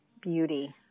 beauty